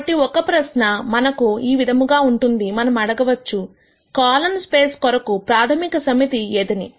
కాబట్టి ఒక ప్రశ్న మనకు ఈ విధముగా ఉంటుందిమనము అడగవచ్చు కాలమ్ స్పేస్ కొరకు ప్రాథమిక సమితి ఏదని